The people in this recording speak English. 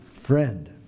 Friend